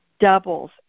doubles